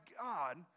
God